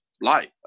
life